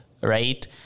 Right